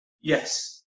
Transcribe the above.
Yes